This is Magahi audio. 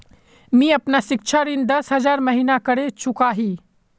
मी अपना सिक्षा ऋण दस हज़ार महिना करे चुकाही